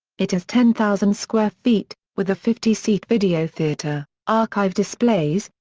it has ten thousand square feet, with a fifty seat video theatre, archive displays,